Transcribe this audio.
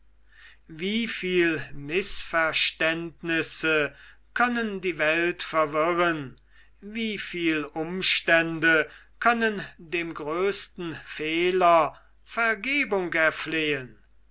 wieviel mißverständnisse können die welt verwirren wieviel umstände können dem größten fehler vergebung erflehen